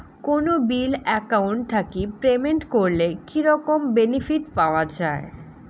কোনো bill account থাকি payment করলে কি রকম বেনিফিট পাওয়া য়ায়?